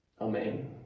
Amen